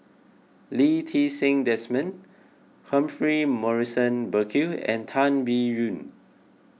Lee Ti Seng Desmond Humphrey Morrison Burkill and Tan Biyun